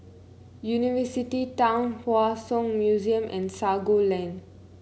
University Town Hua Song Museum and Sago Lane